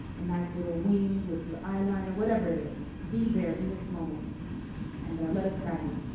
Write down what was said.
a nice little wing with your eye liner, whatever it is, be there in this moment and let us guide you.